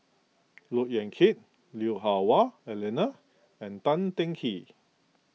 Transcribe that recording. Look Yan Kit Lui Hah Wah Elena and Tan Teng Kee